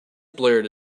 blared